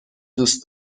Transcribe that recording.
دوست